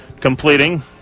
completing